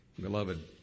Beloved